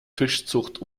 fischzucht